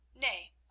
Nay